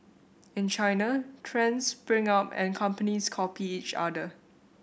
in China trends spring up and companies copy each other